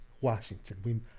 Washington